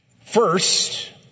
First